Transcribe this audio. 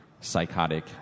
psychotic